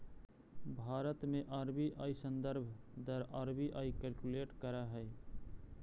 भारत में आर.बी.आई संदर्भ दर आर.बी.आई कैलकुलेट करऽ हइ